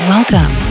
Welcome